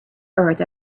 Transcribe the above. earth